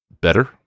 better